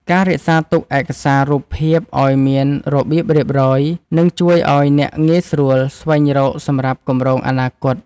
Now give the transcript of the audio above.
ការរក្សាទុកឯកសាររូបភាពឱ្យមានរបៀបរៀបរយ នឹងជួយឱ្យអ្នកងាយស្រួលស្វែងរកសម្រាប់គម្រោងអនាគត។